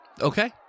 Okay